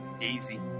easy